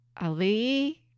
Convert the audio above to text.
Ali